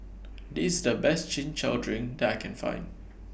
This The Best Chin Chow Drink that I Can Find